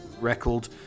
record